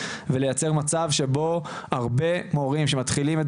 ולייצר מצב שבו הרבה מורים שמתחילים את